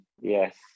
Yes